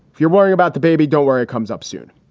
if you're worrying about the baby, don't worry, it comes up soon.